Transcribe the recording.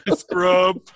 Scrub